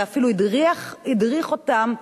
ואפילו הדריך אותן,